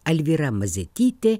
alvyra mazėtytė